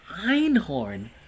Einhorn